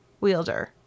wielder